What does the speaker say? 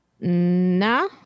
No